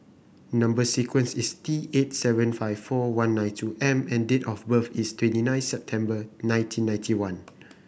number sequence is T eight seven five four one nine two M and date of birth is twenty nine September nineteen ninety one